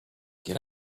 get